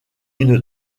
une